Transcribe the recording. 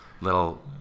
little